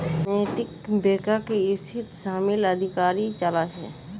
नैतिक बैकक इसीत शामिल अधिकारी चला छे